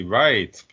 right